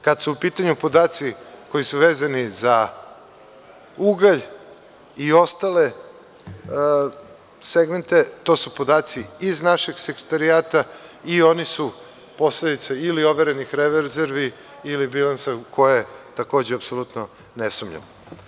Kada su u pitanju podaci koji su vezani za ugalj i ostale segmente, to su podaci iz našeg sekretarijata i oni su posledica ili overenih rezervi ili bilansa u koje takođe apsolutno ne sumnjam.